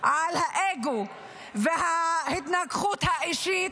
על האגו וההתנגחות האישית,